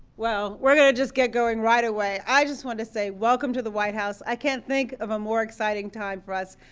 well, we're going to just get going right away. i just wanted to say, welcome to the white house. i can't think of a more exciting time for us.